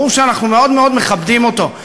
ברור שאנחנו מאוד מאוד מכבדים אותו.